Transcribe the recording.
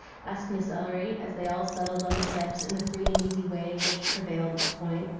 asked miss ellery, as they all settled on the steps in the free-and-easy way which prevailed at the point.